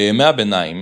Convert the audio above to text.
בימי הביניים,